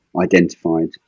identified